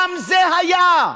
גם זה היה.